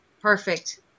Perfect